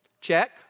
Check